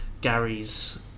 Gary's